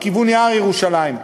לכיוון יער ירושלים,